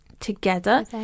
Together